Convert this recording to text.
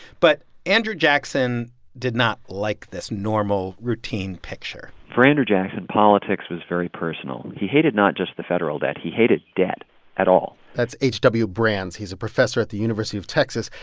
but andrew jackson did not like this normal routine picture for andrew jackson, politics was very personal. he hated not just the federal debt, he hated debt at all that's h w. brands. he's a professor at the university of texas,